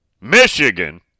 Michigan